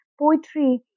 poetry